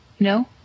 No